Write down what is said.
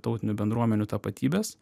tautinių bendruomenių tapatybes